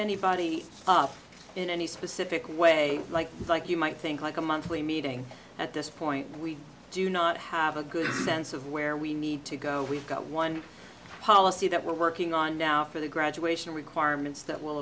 anybody up in any specific way like like you might think like a monthly meeting at this point we do not have a good sense of where we need to go we've got one policy that we're working on now for the graduation requirements that will